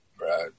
Right